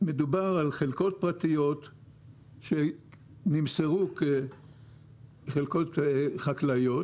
מדובר על חלקות פרטיות שנמסרו כחלקות חקלאיות